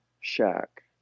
shack